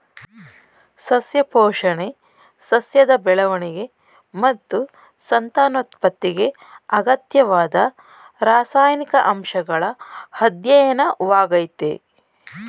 ಸಸ್ಯ ಪೋಷಣೆ ಸಸ್ಯದ ಬೆಳವಣಿಗೆ ಮತ್ತು ಸಂತಾನೋತ್ಪತ್ತಿಗೆ ಅಗತ್ಯವಾದ ರಾಸಾಯನಿಕ ಅಂಶಗಳ ಅಧ್ಯಯನವಾಗಯ್ತೆ